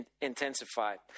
intensified